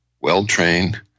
well-trained